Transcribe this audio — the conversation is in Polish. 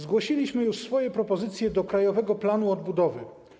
Zgłosiliśmy już swoje propozycje do Krajowego Planu Odbudowy.